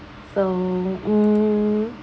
so mm